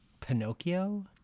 Pinocchio